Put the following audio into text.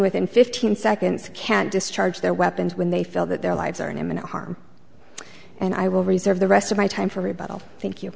within fifteen seconds can't discharge their weapons when they feel that their lives are in imminent harm and i will reserve the rest of my time for rebuttal thank you